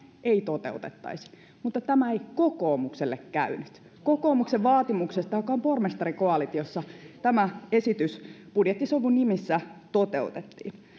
ei toteutettaisi mutta tämä ei kokoomukselle käynyt kokoomuksen joka on pormestarikoalitiossa vaatimuksesta tämä esitys budjettisovun nimissä toteutettiin